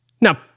Now